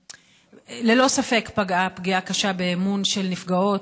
שללא ספק פגעה פגיעה קשה באמון של נפגעות,